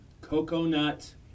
Coconut